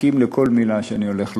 תסכים לכל מילה שאני הולך לומר.